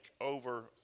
over